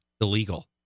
Illegal